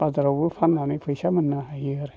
बाजारावबो फाननानै फैसा मोननो हायो आरो